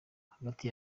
hagati